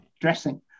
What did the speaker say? dressing